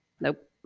Nope